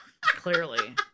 Clearly